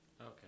Okay